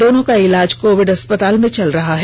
दोनों का इलाज कोविड अस्पताल में चल रहा है